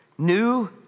New